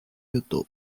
youtube